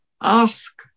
ask